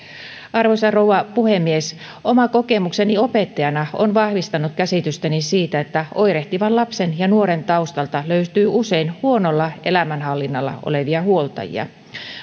arvoisa rouva puhemies oma kokemukseni opettajana on vahvistanut käsitystäni siitä että oirehtivan lapsen ja nuoren taustalta löytyy usein huonolla elämänhallinnalla olevia huoltajia